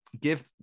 give